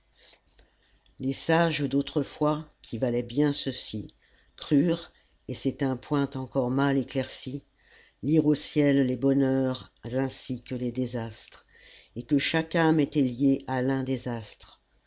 les sages d'autrefois qui valaient bien ceux-ci crurent et c'est un point encor mal éclairci lire au ciel les bonheurs ainsi que les désastres et que chaque âme était liée à l'un des astres